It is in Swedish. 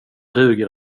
duger